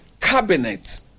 cabinet